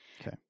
Okay